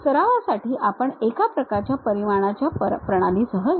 सरावासाठी आपण एका प्रकारच्या परिमाणाच्या प्रणालीसह जाऊ